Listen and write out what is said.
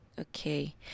Okay